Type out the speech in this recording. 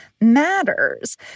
matters